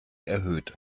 erhöht